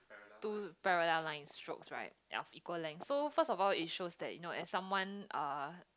two parallel line strokes right of equal length so first of all it shows that you know as someone uh